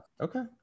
Okay